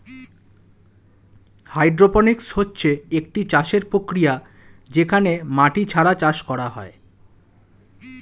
hydroponics হচ্ছে একটি চাষের প্রক্রিয়া যেখানে মাটি ছাড়া চাষ করা হয়